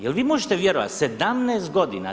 Je li vi možete vjerovati 17 godina?